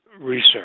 research